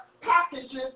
packages